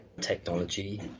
technology